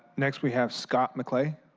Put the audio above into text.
next we have scott mclean.